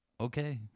okay